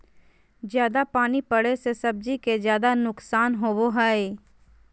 जयादा पानी पड़े से सब्जी के ज्यादा नुकसान होबो हइ